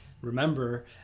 remember